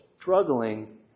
struggling